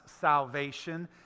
salvation